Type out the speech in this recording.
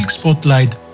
Spotlight